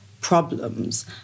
problems